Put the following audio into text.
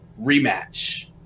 rematch